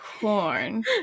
corn